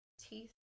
Teeth